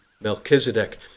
Melchizedek